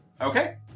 Okay